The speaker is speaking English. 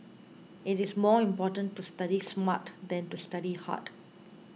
it is more important to study smart than to study hard